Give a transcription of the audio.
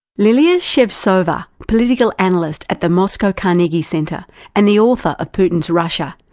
lilia shevtsova, political analyst at the moscow carnegie centre and the author of putin's russia,